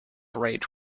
rage